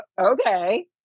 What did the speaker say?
okay